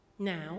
Now